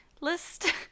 list